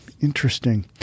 Interesting